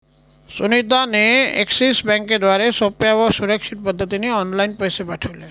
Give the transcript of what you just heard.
सुनीता ने एक्सिस बँकेद्वारे सोप्या व सुरक्षित पद्धतीने ऑनलाइन पैसे पाठविले